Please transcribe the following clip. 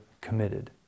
committed